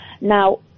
now